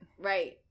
Right